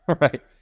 right